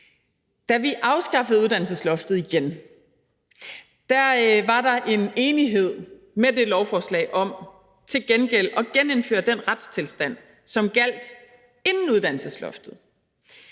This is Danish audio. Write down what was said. Da vi afskaffede uddannelsesloftet igen, var der med det lovforslag en enighed om til gengæld at genindføre den retstilstand, som gjaldt inden uddannelsesloftet.